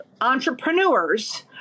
entrepreneurs